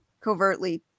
covertly